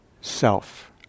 self